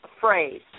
phrase